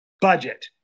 budget